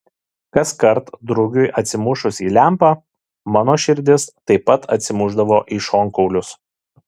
kaskart drugiui atsimušus į lempą mano širdis taip pat atsimušdavo į šonkaulius